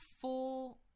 full